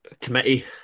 committee